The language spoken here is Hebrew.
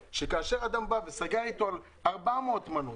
כאשר אדם סגר עם בעל האולם על 400 מנות